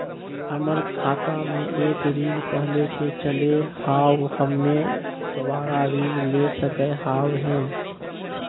हमर खाता मे एक ऋण पहले के चले हाव हम्मे दोबारा ऋण ले सके हाव हे?